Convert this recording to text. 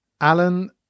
Alan